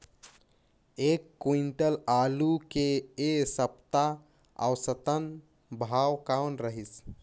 एक क्विंटल आलू के ऐ सप्ता औसतन भाव कौन रहिस?